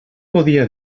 podia